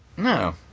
No